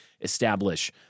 establish